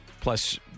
Plus